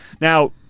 Now